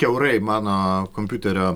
kiaurai mano kompiuterio